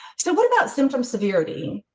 so, what about symptom severity?